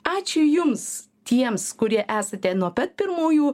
ačiū jums tiems kurie esate nuo pat pirmųjų